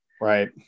Right